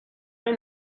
این